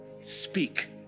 Speak